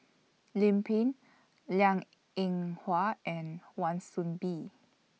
Lim Pin Liang Eng Hwa and Wan Soon Bee